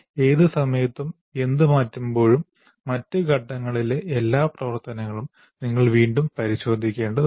ഏത് സമയത്തും എന്ത് മാറ്റുമ്പോഴും മറ്റ് ഘട്ടങ്ങളിലെ എല്ലാ പ്രവർത്തനങ്ങളും നിങ്ങൾ വീണ്ടും പരിശോധിക്കേണ്ടതുണ്ട്